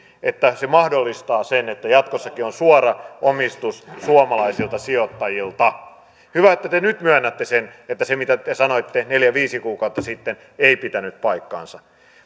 että se mahdollistaa sen että jatkossakin on suora omistus suomalaisilta sijoittajilta hyvä että te nyt myönnätte sen että se mitä te te sanoitte neljä viisi kuukautta sitten ei pitänyt paikkaansa